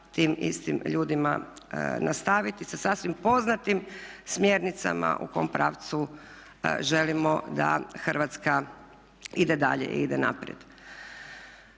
tim istim ljudima nastaviti, sa sasvim poznatim smjernicama u kojem pravcu želimo da Hrvatska ide dalje i ide naprijed.